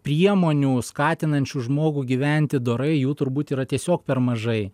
priemonių skatinančių žmogų gyventi dorai jų turbūt yra tiesiog per mažai